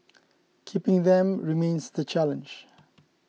keeping them remains the challenge